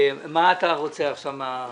מה אתה רוצה עכשיו?